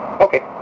Okay